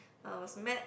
I was maths